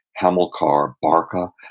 hamilcar barca,